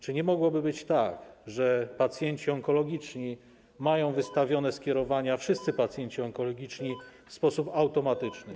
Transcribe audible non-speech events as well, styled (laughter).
Czy nie mogłoby być tak, że pacjenci onkologiczni mają wystawione skierowania, wszyscy pacjenci (noise) onkologiczni, w sposób automatyczny?